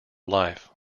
life